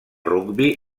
rugbi